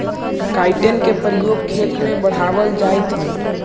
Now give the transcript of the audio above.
chitin के प्रयोग खेत में बढ़ावल जाइत हई